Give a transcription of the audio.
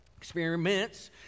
experiments